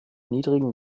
niedrigen